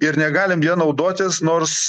ir negalim ja naudotis nors